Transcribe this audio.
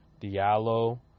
Diallo